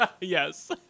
Yes